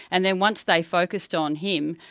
and then once they focused on him,